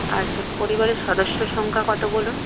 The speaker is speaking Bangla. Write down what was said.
আচ্ছা পরিবারের সদস্য সংখ্যা কত বলুন